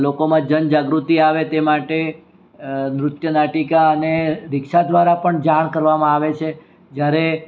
લોકોમાં જનજાગૃતિ આવે તે માટે નૃત્ય નાટિકા અને રિક્ષા દ્વારા પણ જાણ કરવામાં આવે છે જ્યારે